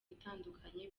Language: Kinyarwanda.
itandukanye